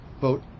vote